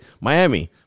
Miami